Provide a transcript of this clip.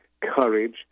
courage